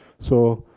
so,